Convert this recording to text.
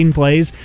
plays